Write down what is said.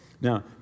Now